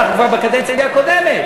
אנחנו כבר בקדנציה הקודמת.